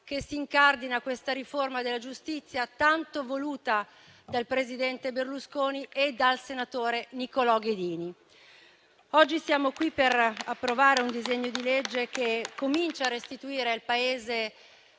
che si incardina questa riforma della giustizia tanto voluta dal presidente Berlusconi e dal senatore Niccolò Ghedini. Oggi siamo qui per approvare un disegno di legge che comincia a restituire al Paese